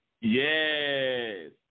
Yes